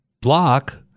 block